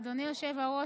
אדוני היושב-ראש,